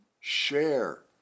share